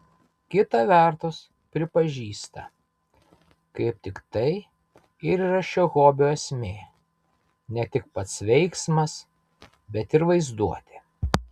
kita vertus pripažįsta kaip tik tai ir yra šio hobio esmė ne tik pats veiksmas bet ir vaizduotė